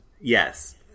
yes